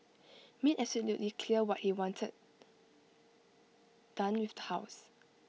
made absolutely clear what he wanted done with house